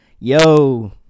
Yo